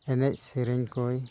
ᱮᱱᱮᱡ ᱥᱮᱨᱮᱧ ᱠᱚᱭ